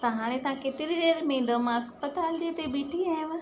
त हाणे तव्हां केतिरी देरि में ईंदव मां अस्पताल जे हिते ॿीठी आयाव